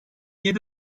yedi